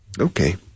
Okay